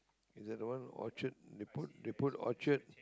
is it the one orchard they put they put orchard